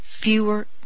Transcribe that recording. fewer